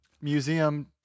museum